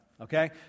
Okay